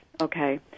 Okay